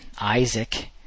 Isaac